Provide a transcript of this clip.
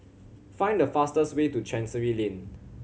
find the fastest way to Chancery Lane